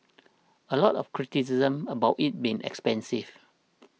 a lot of criticism about it being expensive